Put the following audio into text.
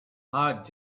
hard